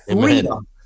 freedom